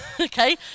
okay